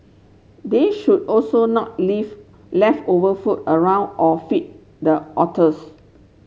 they should also not leave leftover food around or feed the otters